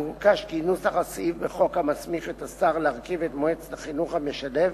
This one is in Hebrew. מבוקש כי נוסח הסעיף בחוק המסמיך את השר להרכיב את מועצת החינוך המשלב